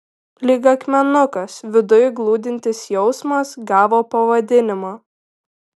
lyg akmenukas viduj glūdintis jausmas gavo pavadinimą